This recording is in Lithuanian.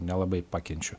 nelabai pakenčiu